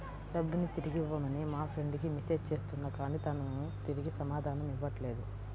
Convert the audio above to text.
డబ్బుని తిరిగివ్వమని మా ఫ్రెండ్ కి మెసేజ్ చేస్తున్నా కానీ తాను తిరిగి సమాధానం ఇవ్వట్లేదు